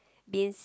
this